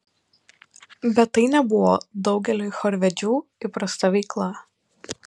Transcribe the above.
bet tai nebuvo daugeliui chorvedžių įprasta veikla